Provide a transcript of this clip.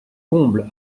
comble